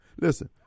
Listen